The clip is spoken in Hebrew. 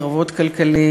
קרבות כלכליים,